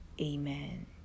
Amen